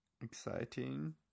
Exciting